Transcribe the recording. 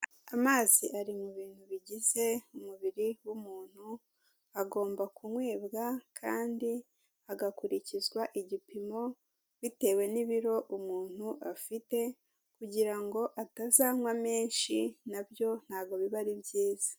Amazi ari mu bintu bigize umubiri w'umuntu, agomba kunywebwa kandi hagakurikizwa igipimo bitewe n'ibiro umuntu afite kugira ngo atazanywa menshi na byo ntabwo biba ari byiza.